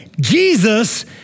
Jesus